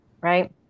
right